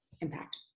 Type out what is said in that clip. impact